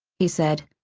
he said,